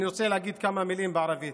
אני רוצה להגיד כמה מילים בערבית.